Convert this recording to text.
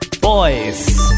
Boys